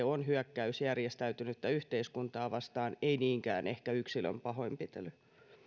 on hyökkäys järjestäytynyttä yhteiskuntaa vastaan ei niinkään ehkä yksilön pahoinpitely